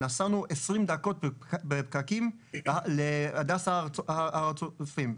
נסענו 20 דקות בפקקים להדסה הר צופים.